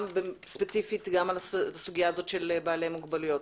גם הסוגיה של בעלי מוגבלויות.